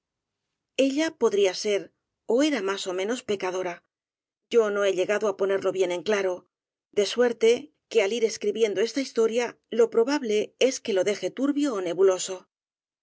ella podría ser ó era más ó menos pecadora yo no he llegado á ponerlo bien en claro de suerte que al ir escribiendo esta histo ria lo probable es que lo deje turbio ó nebuloso